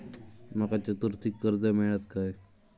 माका चतुर्थीक कर्ज मेळात काय?